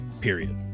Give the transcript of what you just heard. period